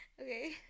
Okay